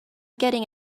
getting